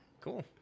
Cool